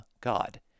god